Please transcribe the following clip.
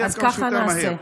אז ככה נעשה.